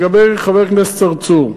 לגבי חבר הכנסת צרצור,